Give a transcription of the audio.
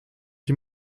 sie